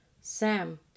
Sam